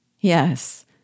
Yes